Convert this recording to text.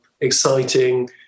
exciting